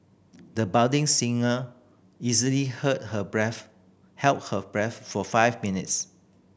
the budding singer easily heard her breath held her breath for five minutes